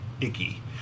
icky